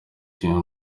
kimwe